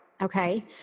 Okay